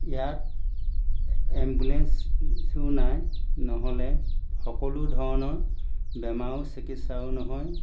ইয়াত এম্বুলেঞ্চো নাই নহ'লে সকলো ধৰণৰ বেমাৰো চিকিৎসাও নহয়